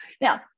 now